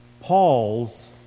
Paul's